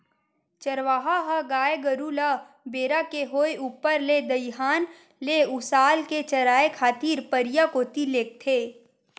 चरवाहा ह गाय गरु ल बेरा के होय ऊपर ले दईहान ले उसाल के चराए खातिर परिया कोती लेगथे